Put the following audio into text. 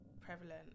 prevalent